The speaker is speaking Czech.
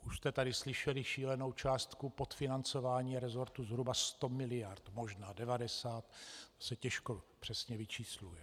Už jste tady slyšeli šílenou částku podfinancování resortu zhruba sto miliard, možná devadesát, to se těžko přesně vyčísluje.